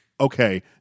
Okay